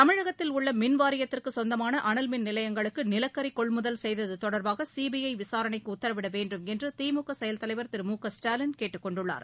தமிழகத்தில் உள்ள மின்வாரியத்திற்கு சொந்தமான அனல்மின் நிலையங்களுக்கு நிலக்கரி கொள்முதல் செய்தது தொடர்பாக சிபிஐ விசாரணைக்கு உத்தரவிட வேண்டும் என்று திமுக செயல்தலைவர் திரு மு க ஸ்டாலின் கேட்டுக்கொண்டுள்ளார்